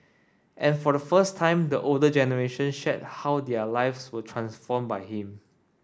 and for the first time the older generation shared how their lives were transformed by him